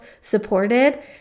supported